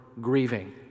grieving